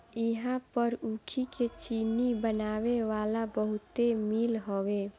इहां पर ऊखी के चीनी बनावे वाला बहुते मील हवे